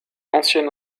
ancienne